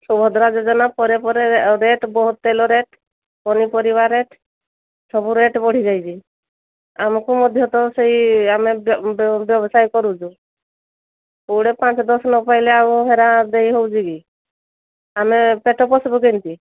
ସୁଭଦ୍ରା ଯୋଜନା ପରେ ପରେ ରେଟ୍ ବହୁତ ତେଲ ରେଟ୍ ପନିପରିବା ରେଟ୍ ସବୁ ରେଟ୍ ବଢ଼ିଯାଇଛି ଆମକୁ ମଧ୍ୟ ତ ସେଇ ଆମେ ବ୍ୟବସାୟ କରୁଛୁ କୋଉଠି ପାଞ୍ଚ ଦଶ ନ ପାଇଲେ ଆଉ ସେଗୁଡ଼ା ଦେଇ ହେଉଛି କି ଆମେ ପେଟ ପୋଷିବୁ କେମତି